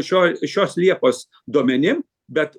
šio šios liepos duomenim bet